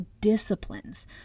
disciplines